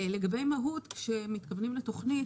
לגבי מהות כשמתכוונים לתוכנית,